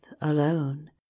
alone